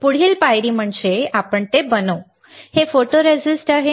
पुढील पायरी म्हणजे आम्ही ते बनवू हे फोटोरेस्टिस्ट आहे